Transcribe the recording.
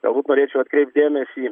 galbūt norėčiau atkreipt dėmesį